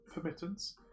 permittance